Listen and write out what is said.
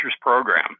program